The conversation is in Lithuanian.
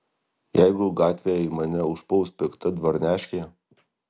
jeigu gatvėj mane užpuls pikta dvarneškė